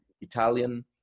Italian